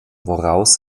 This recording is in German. woraus